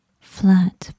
flat